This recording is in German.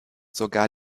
sogar